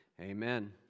Amen